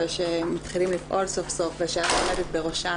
ושמתחילים לפעול סוף סוף ושאת עומדת בראשה,